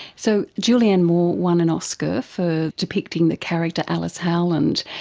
so julianne moore won an oscar for depicting the character alice howland.